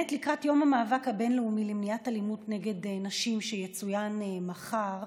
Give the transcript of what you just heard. לקראת יום המאבק הבין-לאומי למניעת אלימות נגד נשים שיצוין מחר,